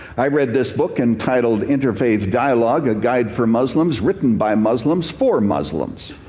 i read this book entitled, interfaith dialogue a guide for muslims. written by muslims, for muslims.